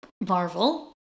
Marvel